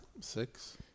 Six